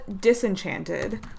Disenchanted